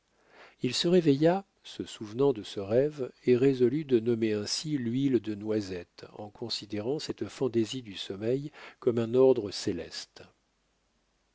il se réveilla se souvenant de ce rêve et résolut de nommer ainsi l'huile de noisette en considérant cette fantaisie du sommeil comme un ordre céleste